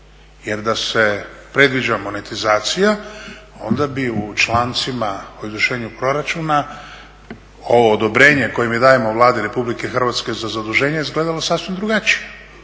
jer da se predviđa monetizacija onda bi u člancima o izvršenju proračuna ovo odobrenje koje mi dajemo Vladi Republike Hrvatske za zaduženje izgledalo sasvim drugačije